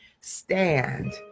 stand